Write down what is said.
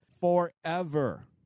Forever